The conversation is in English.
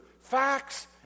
facts